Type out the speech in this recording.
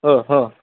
हं हां